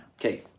Okay